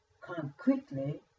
concretely